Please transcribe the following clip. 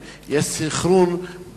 אני מבין שזה שייך ליחידת "עוז" במשרד הפנים,